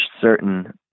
certain